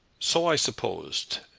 so i supposed.